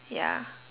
ya